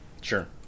Sure